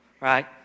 Right